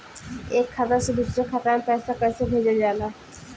एक खाता से दुसरे खाता मे पैसा कैसे भेजल जाला?